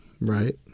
Right